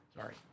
Sorry